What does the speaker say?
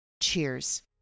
cheers